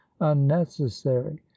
unnecessary